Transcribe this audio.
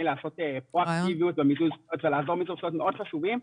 לעשות פרואקטיביות אלו דברים מאוד חשובים,